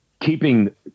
keeping